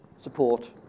Support